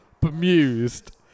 bemused